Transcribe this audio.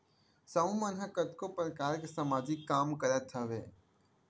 समूह मन ह कतको परकार के समाजिक काम करत हवय